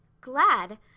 Glad